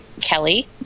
Kelly